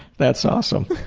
that's awesome.